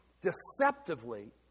deceptively